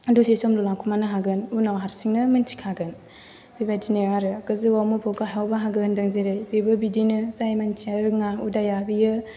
दसे समल' लाखुमानो हागोन उनाव हारसिंनो मोनथिखागोन बेबायदिनो आरो गोजौआव मोफौ हायाव बाहागो होनदों जेरै बेबो बिदिनो जाय मानसिया रोङा उदाया बियो